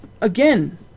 again